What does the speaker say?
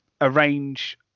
arrange